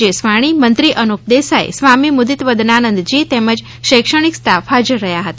જેસ્વાણી મંત્રી અનુપ દેસાઇ સ્વામી મુદીતવદનાનંદજી તેમજ શૈક્ષણિક સ્ટાફ હાજર રહ્યા હતા